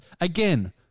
again